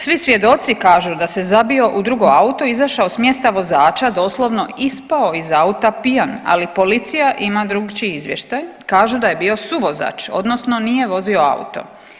Svi svjedoci kažu da se zabio u drugo auto i izašao s mjesta vozača, doslovno ispao iz auta pijan, ali policija ima drukčiji izvještaj, kažu da je bio suvozač odnosno nije vozio auto.